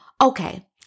okay